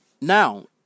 Now